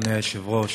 אדוני היושב-ראש,